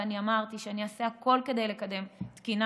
ואני אמרתי שאני אעשה הכול כדי לקדם תקינה